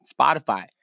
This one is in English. Spotify